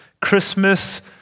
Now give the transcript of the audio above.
Christmas